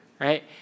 right